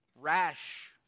rash